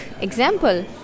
example